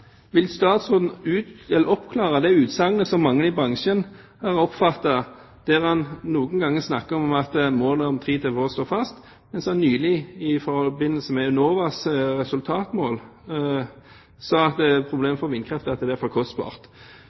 Vil statsråden oppklare de utsagnene mange i bransjen har oppfattet, at han noen ganger snakker om at målet om 3 TWh står fast, mens han nylig i forbindelse med Enovas resultatmål sa at problemet med vindkraft er at det er for kostbart,